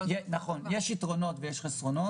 אנחנו שמנו אצלנו את שני הנתונים כדי לשקף את